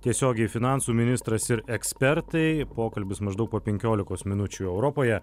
tiesiogiai finansų ministras ir ekspertai pokalbis maždaug po penkiolikos minučių europoje